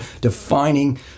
defining